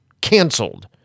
canceled